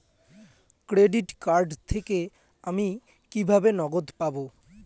Credit card থেকে আমি কিভাবে নগদ পাব?